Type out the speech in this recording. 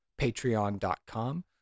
patreon.com